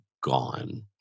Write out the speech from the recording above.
gone